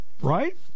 Right